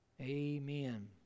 Amen